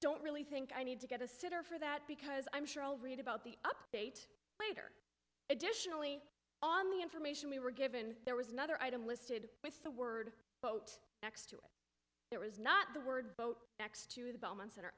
don't really think i need to get a sitter for that because i'm sure i'll read about the update later additionally on the information we were given there was another item listed with the word boat that there was not the word boat next to the belmont cent